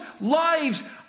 lives